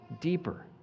deeper